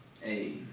Hey